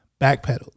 backpedaled